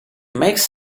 makes